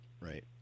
Right